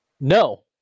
No